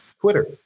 Twitter